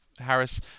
Harris